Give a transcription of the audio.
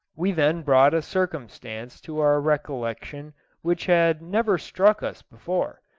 we then brought a circumstance to our recollection which had never struck us before,